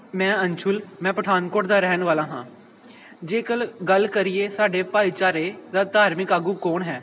ਮੈਂ ਅੰਸ਼ੁਲ ਮੈਂ ਪਠਾਨਕੋਟ ਦਾ ਰਹਿਣ ਵਾਲਾ ਹਾਂ ਜੇਕਰ ਗੱਲ ਕਰੀਏ ਸਾਡੇ ਭਾਈਚਾਰੇ ਦਾ ਧਾਰਮਿਕ ਆਗੂ ਕੌਣ ਹੈ